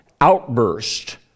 outburst